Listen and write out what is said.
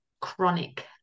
chronic